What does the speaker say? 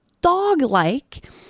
dog-like